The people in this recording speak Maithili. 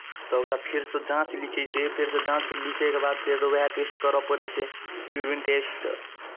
तऽ ओकरा फेरसँ जाँच लिखै छै फेरसँ जाँच लिखैके बाद फेरसँ उएह टेस्ट करय पड़ै छै यूरीन टेस्ट